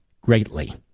greatly